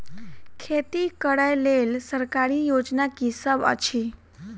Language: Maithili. खेती करै लेल सरकारी योजना की सब अछि?